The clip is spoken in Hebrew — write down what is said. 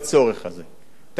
תכיר בחיוניות